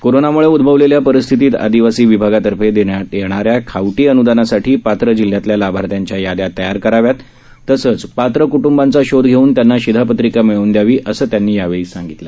कोरोनामुळे उदभवलेल्या परिस्थितीत आदिवासी विभागातर्फे देण्यात येणाऱ्या खावटी अनुदानासाठी पात्र जिल्ह्यातल्या लाभार्थ्यांच्या याद्या तयार कराव्यात तसंच पात्र क्ट्ंबांचा शोध घेऊन त्यांना शिधापत्रिका मिळवून दयावी असं त्यांनी यावेळी सांगितलं